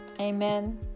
Amen